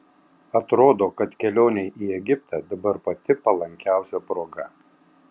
atrodo kad kelionei į egiptą dabar pati palankiausia proga